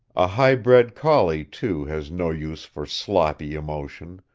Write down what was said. a high-bred collie, too, has no use for sloppy emotion,